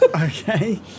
Okay